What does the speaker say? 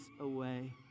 away